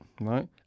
Right